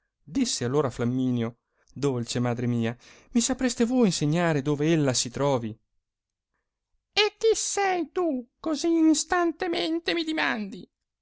disse allora flamminio dolce madre mia mi sapreste voi insegnare dove ella si trovi e chi sei tu che così instantemente mi dimandi